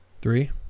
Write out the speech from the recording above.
Three